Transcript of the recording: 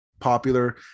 popular